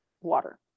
water